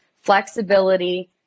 flexibility